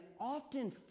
often